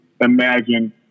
imagine